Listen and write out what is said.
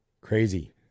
Crazy